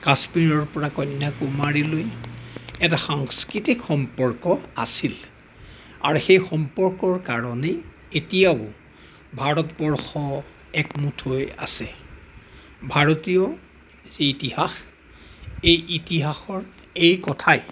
কাশ্মীৰৰ পৰা কন্যাকুমাৰীলৈ এটা সাংস্কৃতিক সম্পৰ্ক আছিল আৰু সেই সম্পৰ্কৰ কাৰণেই এতিয়াও ভাৰতবৰ্ষ একমুঠ হৈ আছে ভাৰতীয় যি ইতিহাস এই ইতিহাসৰ এই কথাই